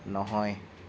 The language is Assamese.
নহয়